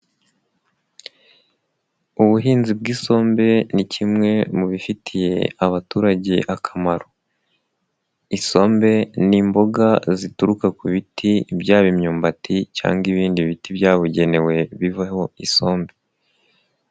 Ubuhinzi bw'isombe ni kimwe mu bifitiye abaturage akamaro. Isombe ni imboga zituruka ku biti byaba imyumbati cyangwa ibindi biti byabugenewe bivaho isombe.